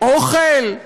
אוכל?